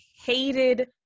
hated